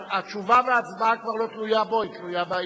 הצעת חוק לתיקון פקודת מסי